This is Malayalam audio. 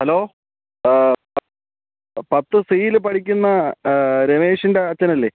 ഹലോ പത്ത് സിയിൽ പഠിക്കുന്ന രമേഷിൻ്റെ അച്ഛനല്ലേ